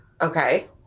Okay